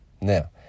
Now